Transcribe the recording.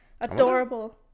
Adorable